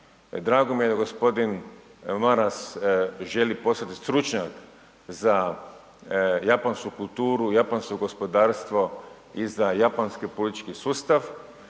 Drago mi je da g. Maras želi postati stručnjak za japansku kulturu, japansko gospodarstvo i za japanski politički sustav.